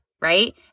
right